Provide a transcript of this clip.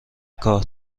کار